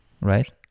Right